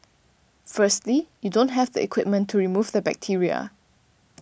firstly you don't have the equipment to remove the bacteria